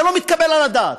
זה לא מתקבל על הדעת.